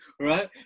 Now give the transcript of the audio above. right